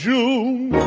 June